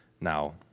Now